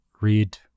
read